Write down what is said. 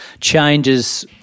changes